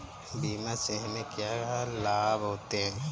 बीमा से हमे क्या क्या लाभ होते हैं?